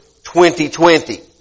2020